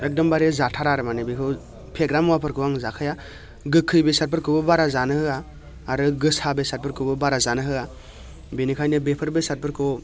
एखदमबारे जाथारा आरो माने बेखौ फेग्रा मुवाफोरखौ आङो जाखाया गोखै बेसादफोरखौबो बारा जायो होआ आरो गोसा बेसादफोरखौबो बारा जानो होआ बिनिखायनो बेफोर बेसादफोरखौ